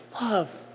love